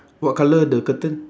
what colour the curtain